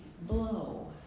Blow